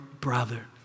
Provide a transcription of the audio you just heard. brother